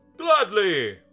Gladly